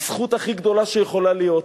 זו זכות הכי גדולה שיכולה להיות.